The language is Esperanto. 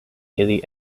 ili